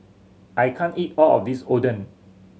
I can't eat all of this Oden